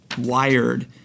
wired